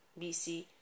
BC